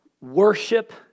worship